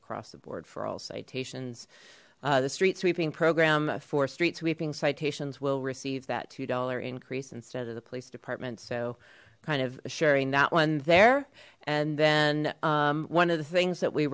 across the board for all citations the street sweeping program for street sweeping citations will receive that two dollars increase instead of the police department so kind of assuring that one there and then one of the things that we